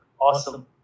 awesome